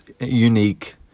unique